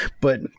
but-